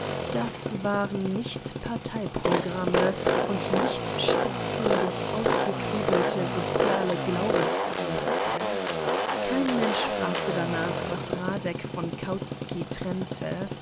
das waren nicht parteiprogramme und nicht spitzfindig ausgeklügelte soziale glaubenssätze kein mensch fragte danach was radek von kautsky trennte